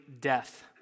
death